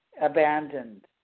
abandoned